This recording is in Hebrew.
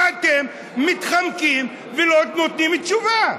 ואתם מתחמקים ולא נותנים תשובה.